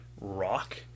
rock